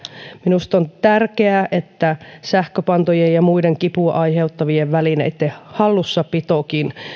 minusta on tärkeää että sähköpantojen ja muiden kipua aiheuttavien välineitten hallussapitokin